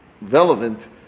relevant